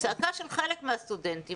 מצעקה של חלק מהסטודנטים.